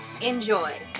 enjoy